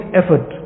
effort